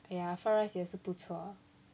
okay ah fried rice 也是不错